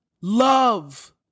love